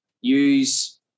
use